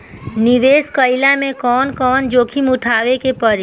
निवेस कईला मे कउन कउन जोखिम उठावे के परि?